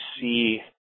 see